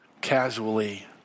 casually